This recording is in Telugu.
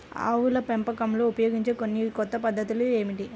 ఆవుల పెంపకంలో ఉపయోగించే కొన్ని కొత్త పద్ధతులు ఏమిటీ?